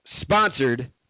sponsored